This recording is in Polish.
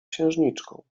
księżniczką